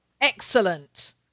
Excellent